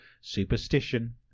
superstition